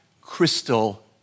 crystal